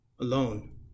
alone